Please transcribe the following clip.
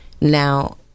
Now